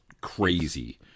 crazy